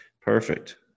Perfect